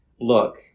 look